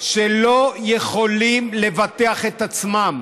שלא יכולים לבטח את עצמם.